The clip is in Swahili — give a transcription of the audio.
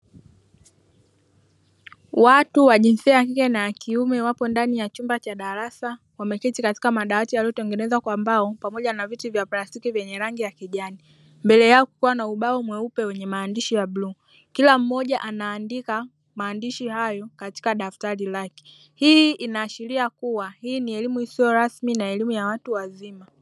Watu wa jinsia ya kike na kiume wapo ndani ya chumba cha darasa wameketi katika madawati yaliyotengenezwa kwa mbao pamoja na viti vya plastiki vyenye rangi ya kijani, mbele yao kukiwa na ubao mweupe mwenye maandishi ya bluu kila mmoja anaandika maandishi hayo katika daftari lake, hii inaashiria kuwa hii ni isiyo rasmi na elimu ya watu wazima.